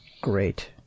Great